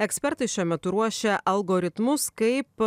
ekspertai šiuo metu ruošia algoritmus kaip